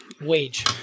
wage